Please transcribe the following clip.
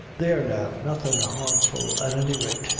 there, now, nothin' harmful, at any rate,